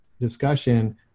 discussion